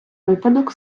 випадок